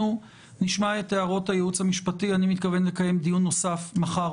אני מתכוון לקיים מחר